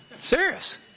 Serious